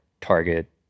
Target